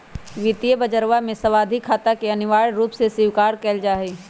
वित्तीय बजरवा में सावधि खाता के अनिवार्य रूप से स्वीकार कइल जाहई